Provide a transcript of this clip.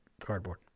cardboard